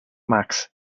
max